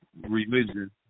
religion